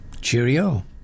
cheerio